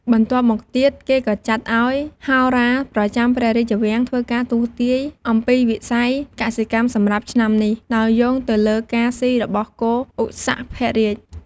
បន្ទាប់មកទៀតគេក៏ចាត់ឪ្យហោរាប្រចាំព្រះរាជវាំងធ្វើការទស្សទាយន៍ អំពីវិស័យកសិកម្មសម្រាប់ឆ្នាំនេះ ដោយយោងទៅលើការស៊ីរបស់គោឧសភរាជ ។